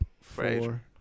Four